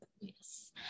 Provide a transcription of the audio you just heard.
yes